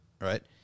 Right